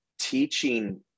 teaching